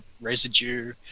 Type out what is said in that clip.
residue